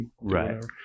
Right